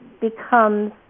becomes